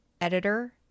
editor